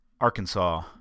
Arkansas